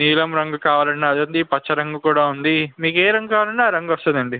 నీలం రంగు కావాలన్నా అది ఉంది పచ్చ రంగు కూడా ఉంది మీకు ఏ రంగు కావాలన్నా ఆ రంగు వస్తుంది అండి